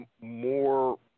more